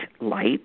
light